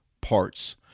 parts